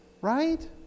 Right